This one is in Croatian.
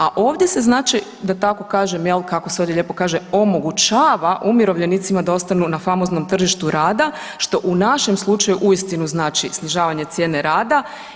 A ovdje se znači da tako kažem jel kako se ovdje lijepo kaže omogućava umirovljenicima da ostanu na famoznom tržištu rada što u našem slučaju uistinu znači snižavanje cijene rada.